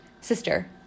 Sister